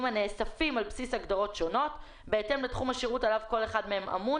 הנאספים על בסיס הגדרות שונות בהתאם לתחום השירות עליו כל אחד אמון,